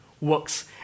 works